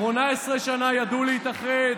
18 שנה ידעו להתאחד